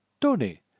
Tony